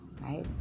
Right